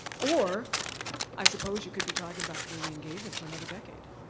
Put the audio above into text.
or i suppose, you could be talking about community engagement for another decade.